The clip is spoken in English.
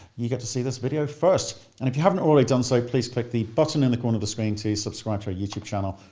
you get to see this video first. and if you haven't already done so please click the button in the corner of the screen to subscribe to our youtube channel.